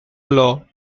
law